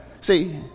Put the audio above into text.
See